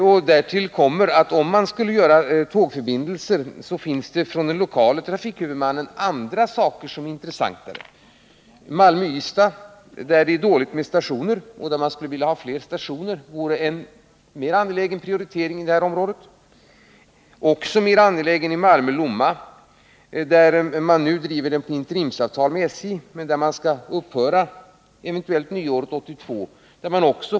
Om man skulle diskutera ett alternativ med tågförbindelse kommer därtill att den lokala trafikhuvudmannen finner andra frågor intressantare än den vi nu diskuterar. Man bedömer t.ex. att en mer angelägen prioritering i det här området vore att förse sträckan Malmö-Ystad med fler stationer. En annan sträcka som man bedömer som mycket angelägen är den mellan Malmö och Lomma, som nu drivs på basis av ett interimsavtal med SJ, vilket eventuellt skall upphöra vid nyåret 1982.